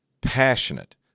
passionate